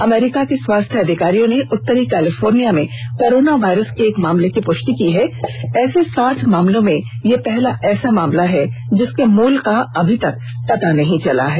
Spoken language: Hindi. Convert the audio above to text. अमरीका के स्वास्थ्य अधिकारियों ने उत्तरी कैलीफोर्निया में कोरोना वायरस के एक मामले की पुष्टि की है ऐसे साठ मामलों में ये पहला ऐसा मामला है जिसके मूल का अब तक पता नहीं चला है